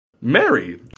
Mary